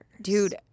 dude